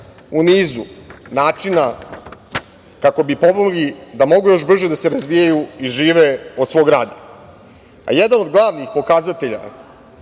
u nizu načina kako bi pomogli da mogu još brže da se razvijaju i žive od svog rada. Jedan od glavnih pokazatelja